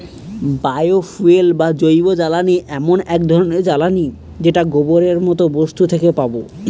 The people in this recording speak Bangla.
বায় ফুয়েল বা জৈবজ্বালানী এমন এক ধরনের জ্বালানী যেটা গোবরের মতো বস্তু থেকে পাবো